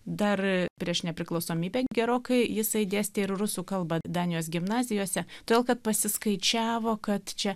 dar prieš nepriklausomybę gerokai jisai dėstė ir rusų kalbą danijos gimnazijose todėl kad pasiskaičiavo kad čia